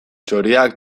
txoriak